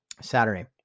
Saturday